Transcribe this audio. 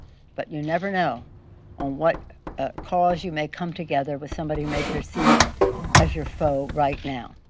but you never know on what ah cause you may come together with somebody who may perceived as your foe right now.